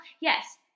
Yes